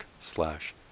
slash